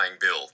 Bill